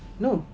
no